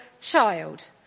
child